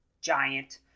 giant